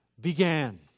began